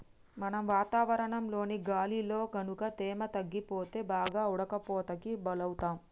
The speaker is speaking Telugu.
మనం వాతావరణంలోని గాలిలో గనుక తేమ తగ్గిపోతే బాగా ఉడకపోతకి బలౌతాం